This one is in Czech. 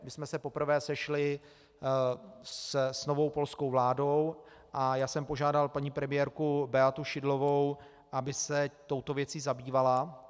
My jsme se poprvé sešli s novou polskou vládou a já jsem požádal paní premiérku Beatu Szydlovou, aby se touto věcí zabývala.